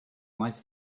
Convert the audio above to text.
life